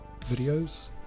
videos